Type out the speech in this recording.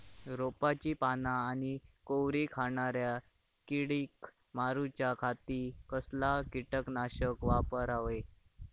रोपाची पाना आनी कोवरी खाणाऱ्या किडीक मारूच्या खाती कसला किटकनाशक वापरावे?